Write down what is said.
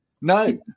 no